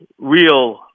real